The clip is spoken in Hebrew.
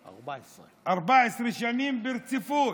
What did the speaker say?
14. 14 שנים ברציפות.